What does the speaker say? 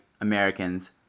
Americans